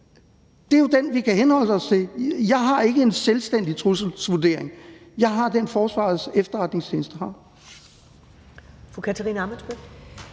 Det er jo den, vi kan henholde os til. Jeg har ikke en selvstændig trusselsvurdering, men jeg har den, som Forsvarets Efterretningstjeneste har.